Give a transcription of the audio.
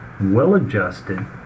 well-adjusted